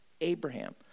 Abraham